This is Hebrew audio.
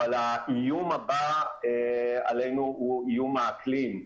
או האיום הבא עלינו הוא איום האקלים.